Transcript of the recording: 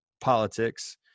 politics